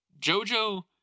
Jojo